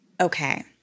Okay